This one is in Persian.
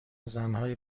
زنهای